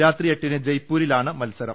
രാത്രി എട്ടിന് ജയ്പൂരിലാണ് മത്സരം